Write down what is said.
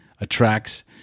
attracts